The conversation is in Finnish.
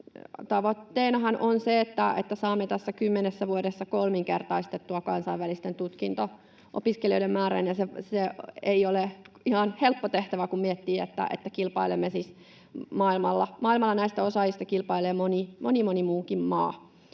Tavoitteenahan on se, että saamme kymmenessä vuodessa kolminkertaistettua kansainvälisten tutkinto-opiskelijoiden määrän, ja se ei ole ihan helppo tehtävä, kun miettii, että maailmalla näistä osaajista kilpailee moni muukin maa.